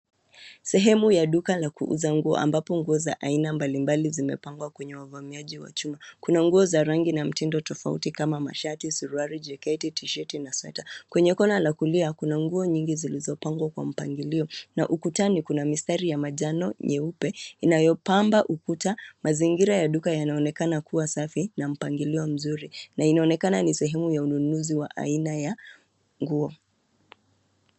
Sehemu ya duka la kuuza nguo ambapo nguo za aina mbalimbali zimepangwa kwenye wavamiaji wa chuma. Kuna nguo za rangi na mtindo tofauti kama mashati, suruali, jeketi, t-shirt na sweta . Kwenye kona la kulia kuna nguo nyingi zilizopangwa kwa mpangilio na ukutani kuna mistari ya manjano nyeupe inayopamba ukuta. Mazingira ya duka yanaonekana kuwa safi na mpangilio mzuri na inaonekana ni sehemu ya ununuzi wa aina ya nguo.